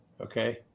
Okay